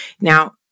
Now